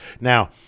Now